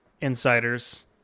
insiders